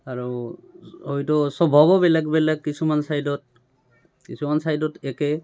আৰু হয়তো স্বভাৱো বেলেগ বেলেগ কিছুমান ছাইডত কিছুমান ছাইডত একে